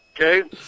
Okay